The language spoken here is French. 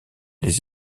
les